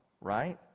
right